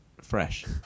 fresh